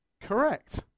Correct